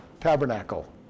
tabernacle